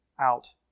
out